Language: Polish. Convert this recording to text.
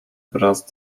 wraz